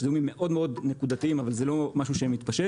יש זיהומים מאוד-מאוד נקודתיים אבל זה לא משהו שמתפשט.